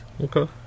Okay